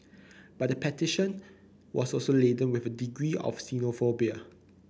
but the petition was also laden with a degree of xenophobia